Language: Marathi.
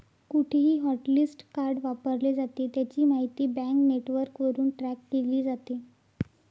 कुठेही हॉटलिस्ट कार्ड वापरले जाते, त्याची माहिती बँक नेटवर्कवरून ट्रॅक केली जाते